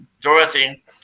Dorothy